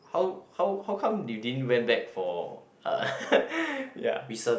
how how how come you didn't went back for uh ya